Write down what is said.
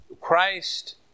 Christ